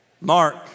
Mark